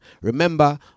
Remember